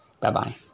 Bye-bye